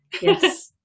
yes